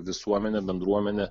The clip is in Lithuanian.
visuomenė bendruomenė